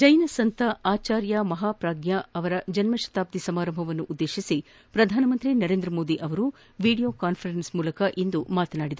ಜೈನ ಸಂತ ಆಚಾರ್ಯ ಮಪಾಪ್ರಗ್ಯಾ ಅವರ ಜನ್ಮ ಶತಾದ್ಧಿ ಸಮಾರಂಭವನ್ನು ಉದ್ದೇಶಿಸಿ ಪ್ರಧಾನಿ ನರೇಂದ್ರಮೋದಿ ವಿಡಿಯೋ ಕಾನ್ಫರೆನ್ಸ್ ಮೂಲಕ ಮಾತನಾಡಿದರು